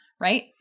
right